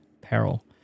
peril